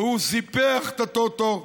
והוא סיפח את הטוטו,